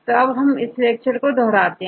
तो हम आज के लेक्चर को दोहराते हैं